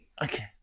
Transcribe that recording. Okay